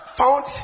found